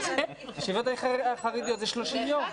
בישיבות החרדיות זה 30 יום.